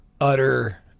utter